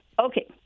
Okay